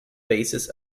basis